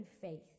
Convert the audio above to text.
faith